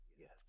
Yes